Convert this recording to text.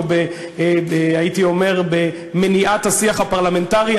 או הייתי אומר במניעת השיח הפרלמנטרי,